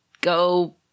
go